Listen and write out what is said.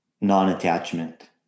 non-attachment